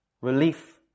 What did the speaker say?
Relief